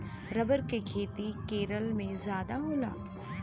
rubber के खेती केरल में जादा होला